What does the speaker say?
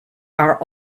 are